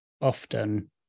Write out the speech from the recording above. often